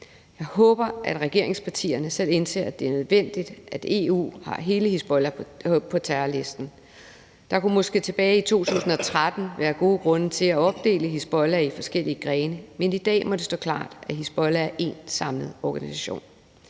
Jeg håber, at regeringspartierne selv indser, at det er nødvendigt, at EU har hele Hizbollah på terrorlisten. Der kunne måske tilbage i 2013 være gode grunde til at opdele Hizbollah i forskellige grene, men i dag må det stå klart, at Hizbollah er en samlet organisation.